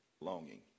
Longing